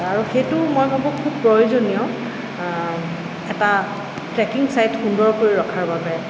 আৰু সেইটো মই ভাবোঁ খুব প্ৰয়োজনীয় এটা ট্ৰেকিং ছাইট সুন্দৰ কৰি ৰখাৰ বাবে